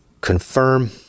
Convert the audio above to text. confirm